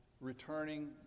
returning